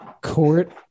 court